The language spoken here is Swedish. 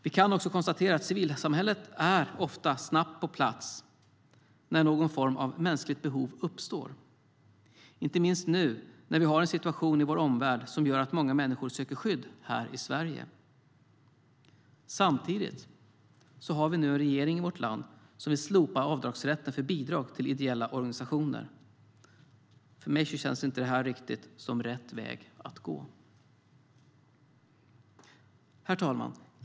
Vi kan också konstatera att civilsamhället ofta är snabbt på plats när någon form av mänskligt behov uppstår. Det gäller inte minst nu när vi har en situation i vår omvärld som gör att många människor söker skydd här i Sverige. Samtidigt har vi nu en regering i vårt land som vill slopa avdragsrätten för bidrag till ideella organisationer. Det känns för mig inte riktigt som rätt väg att gå. Herr talman!